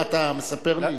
מה, אתה מספר לי?